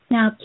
Now